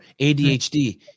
ADHD